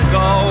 go